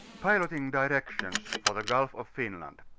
piloting directions for the gulf of finland,